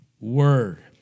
word